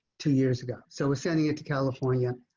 two years ago, so we're sending it to california.